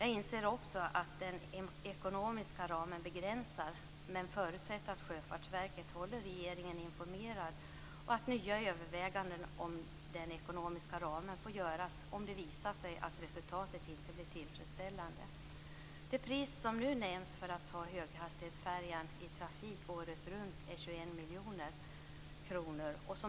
Jag inser också att den ekonomiska ramen begränsar, men förutsätter att Sjöfartsverket håller regeringen informerad och att nya överväganden om den ekonomiska ramen får göras om det visar sig att resultatet inte blir tillfredsställande. Det pris som nu nämns för att ha höghastighetsfärjan i trafik året runt är 21 miljoner kronor.